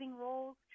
roles